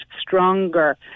stronger